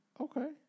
Okay